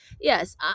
yes